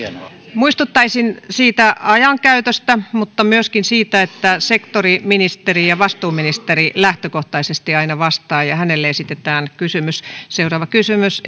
muistuttaisin ajankäytöstä mutta myöskin siitä että sektoriministeri ja vastuuministeri lähtökohtaisesti aina vastaa ja hänelle esitetään kysymys